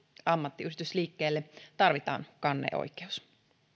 ammattiyhdistysliikkeelle tarvitaan kanneoikeus